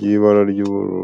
y'ibara ry'ubururu.